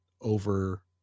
over